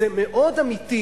זה מאוד אמיתי